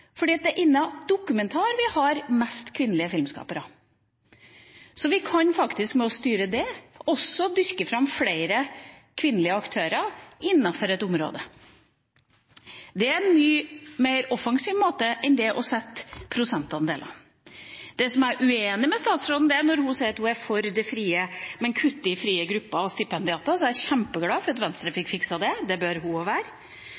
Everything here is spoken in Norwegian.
Det er innen dokumentarfilm vi har flest kvinnelige filmskapere. Vi kan ved å styre dette også dyrke fram flere kvinnelige aktører innenfor et område. Det er en mye mer offensiv måte enn det å sette prosentandeler. Det som jeg er uenig med statsråden i, er når hun sier at hun er for det frie, men kutter i bevilgningene til frie grupper og stipendiater. Jeg er kjempeglad for at Venstre fikk fikset det – det bør hun også være.